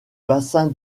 bassin